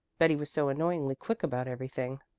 betty was so annoyingly quick about everything.